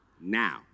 now